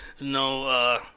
No